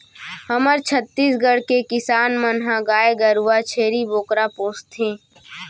हमर छत्तीसगढ़ के किसान मन ह गाय गरूवा, छेरी बोकरा पोसथें